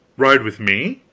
ride with me?